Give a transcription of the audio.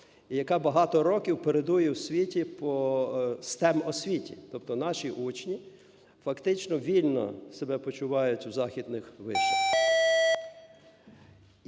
і яка багато років передує в світі по STEM-освіті, тобто наші учні фактично вільно себе почувають у західних вишах.